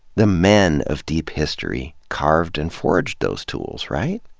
the men of deep history carved and forged those tools, right?